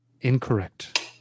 Incorrect